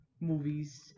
movies